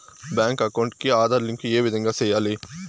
Bank account కి Aadhaar link ఏ విధంగా సెయ్యాలి?